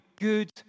good